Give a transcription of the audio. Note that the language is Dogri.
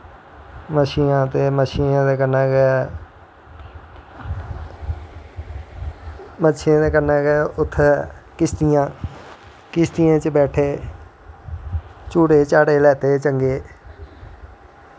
मछियां ते मछियें दे कन्नैं गै मछियें दे कन्नैं गै उत्थें किश्तियां किश्तियें च बैठे झूटे झाटे लैत्ते चंगे